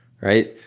right